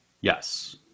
Yes